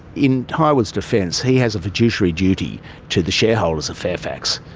in hywood's defence, he has a fiduciary duty to the shareholders of fairfax.